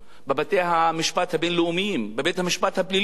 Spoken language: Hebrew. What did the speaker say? בבתי-המשפט הבין-לאומיים, בבית-המשפט הפלילי.